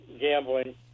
gambling